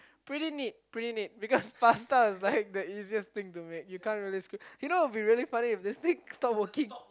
pretty neat pretty neat because pasta is like the easiest thing to make you can't really screw you know it would be really funny if this thing stop working